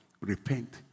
repent